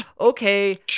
Okay